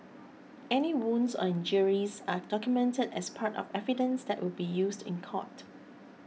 any wounds on injuries are documented as part of evidence that will be used in court